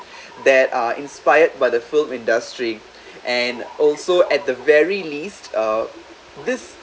that are inspired by the film industry and also at the very least uh this